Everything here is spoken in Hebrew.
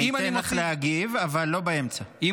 הוא לא קרא אותה.